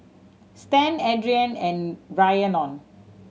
Stan Adriane and Rhiannon